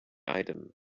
item